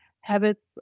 habits